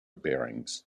bearings